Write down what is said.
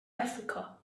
africa